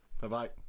bye-bye